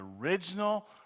original